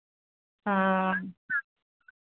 हाँ